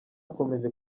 akomeje